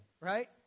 right